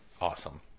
awesome